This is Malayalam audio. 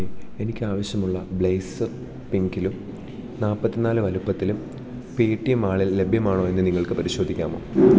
ഹായ് എനിക്കാവശ്യമുള്ള ബ്ലേയ്സ്സ് പിങ്കിലും നാൽപ്പത്തിനാല് വലുപ്പത്തിലും പേറ്റിഎം മാളിൽ ലഭ്യമാണോ എന്ന് നിങ്ങൾക്ക് പരിശോധിക്കാമോ